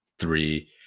three